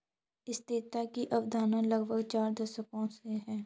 स्थिरता की अवधारणा लगभग चार दशकों से है